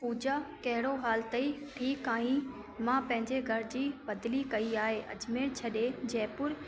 पूजा कहिड़ो हालु अथई ठीकु आहीं मां पंहिंजे घर जी बदिली कई आहे अजमेर छॾे जयपुर